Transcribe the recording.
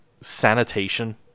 sanitation